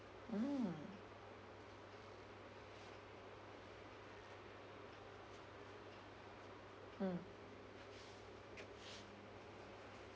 mm mm